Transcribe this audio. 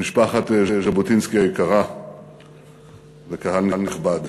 משפחת ז'בוטינסקי היקרה וקהל נכבד.